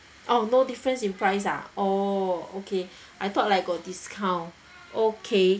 oh no difference in price ah orh okay I thought like got discount okay